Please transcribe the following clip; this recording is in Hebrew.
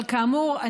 אבל כאמור,